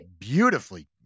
Beautifully